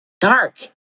dark